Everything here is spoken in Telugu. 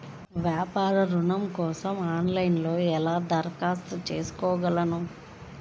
వ్యాపార ఋణం కోసం ఆన్లైన్లో ఎలా దరఖాస్తు చేసుకోగలను?